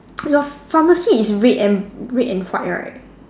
your pharmacy is red and red and white right